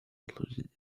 included